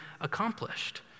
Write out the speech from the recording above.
accomplished